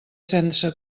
sense